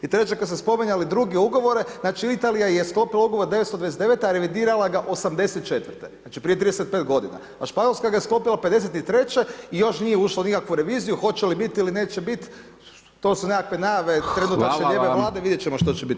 I treće kad ste spominjali druge ugovore znači Italija je sklopila ugovor 929., a revidirala ga '83. znači prije 35 godina, a Španjolska ga je sklopila '53. i još nije ušla u nikakvu reviziju, hoće li bit ili neće bit to su nekakve najave [[Upadica: Hvala vam.]] trenutačne lijeve vlade, vidjet ćemo što će bit.